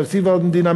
תקציב המדינה,